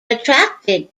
attracted